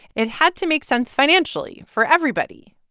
it had to make sense financially for everybody.